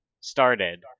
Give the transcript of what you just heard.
started